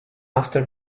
after